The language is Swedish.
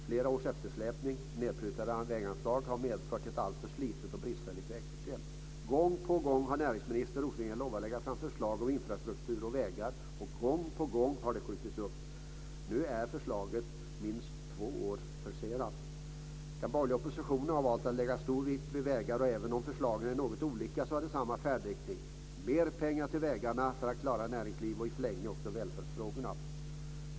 Flera års eftersläpning och nedprutade väganslag har medfört att alltför slitet och bristfälligt vägsystem. Gång på gång har näringsminister Rosengren lovat att lägga fram förslag om infrastruktur och vägar. Och gång på gång har det skjutits upp. Nu är förslaget minst två år försenat. Den borgerliga oppositionen har valt att lägga stor vikt vid vägar. Och även om förslagen är något olika har de samma färdriktning - mer pengar till vägarna för att klara näringsliv och i förlängningen också välfärdsfrågorna.